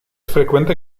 frecuente